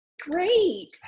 great